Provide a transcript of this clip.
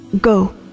Go